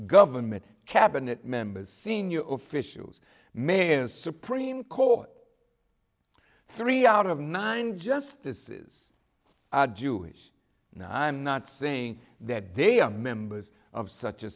government cabinet members senior officials may in supreme court three out of nine justices are jewish now i'm not saying that they are members of such a